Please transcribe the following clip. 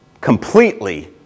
completely